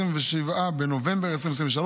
27 בנובמבר 2023,